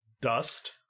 dust